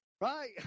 Right